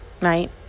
right